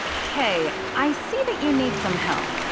okay. i see that you need some help.